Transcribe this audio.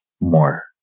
more